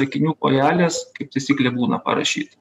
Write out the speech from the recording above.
akinių kojelės kaip taisyklė būna parašyti